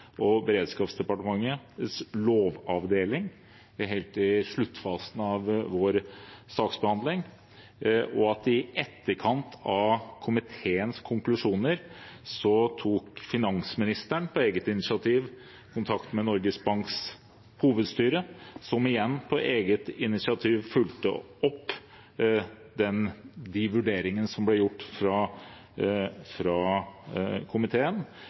og beredskapsdepartementets lovavdeling helt i sluttfasen av vår saksbehandling. I etterkant av komiteens konklusjoner tok finansministeren på eget initiativ kontakt med Norges Banks hovedstyre, som igjen på eget initiativ fulgte opp de vurderingene som ble gjort av komiteen.